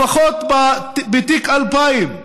לפחות בתיק 2000,